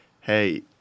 hey